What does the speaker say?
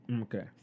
Okay